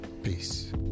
Peace